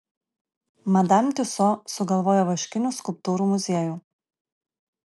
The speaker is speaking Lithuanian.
madam tiuso sugalvojo vaškinių skulptūrų muziejų